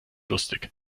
lustig